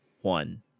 one